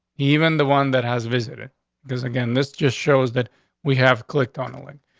even the one that has visited because again, this just shows that we have clicked on a link.